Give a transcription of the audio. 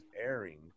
airing